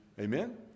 amen